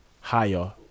higher